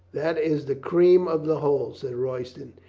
that is the cream of the whole, said royston.